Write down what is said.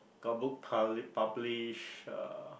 got book pub~ publish uh